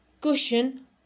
cushion